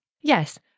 Yes